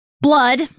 Blood